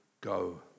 go